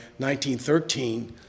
1913